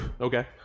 Okay